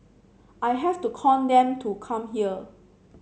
I have to con them to come here